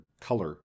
color